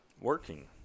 working